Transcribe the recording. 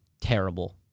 terrible